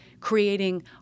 creating